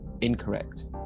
Incorrect